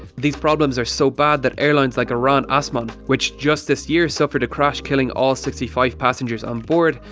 these problems are so bad that airlines like iran aseman, which just this year suffered a crash killing all sixty five passengers onboard,